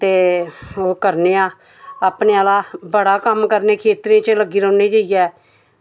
ते ओह् करने आं अपने आह्ला बड़ा कम्म करने खेत्तरें च लग्गे रौह्ने जाइयै